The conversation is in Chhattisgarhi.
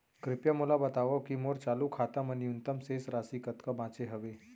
कृपया मोला बतावव की मोर चालू खाता मा न्यूनतम शेष राशि कतका बाचे हवे